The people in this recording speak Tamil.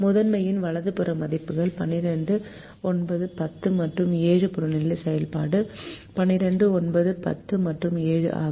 முதன்மையின் வலது புற மதிப்புகள் 12 9 10 மற்றும் 7 புறநிலை செயல்பாடு 12 9 10 மற்றும் 7 ஆகும்